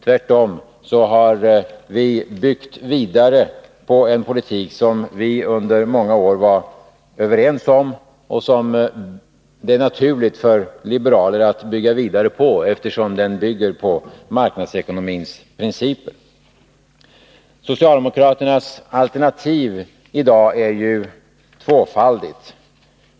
Tvärtom har vi byggt vidare på en politik som vi under många år var överens om och som det är naturligt för liberaler att bygga vidare på, eftersom den bygger på marknadsekonomins principer. Socialdemokraternas alternativ i dag är ju tvåfaldigt.